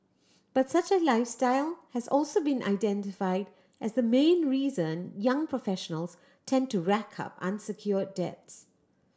but such a lifestyle has also been identified as the main reason young professionals tend to rack up unsecured debts